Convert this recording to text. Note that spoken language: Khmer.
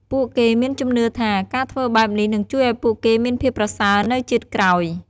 ពួកគេមានជំនឿថា ការធ្វើបែបនេះនឹងជួយឱ្យពួកគេមានភាពប្រសើរនៅជាតិក្រោយ។